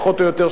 פחות או יותר,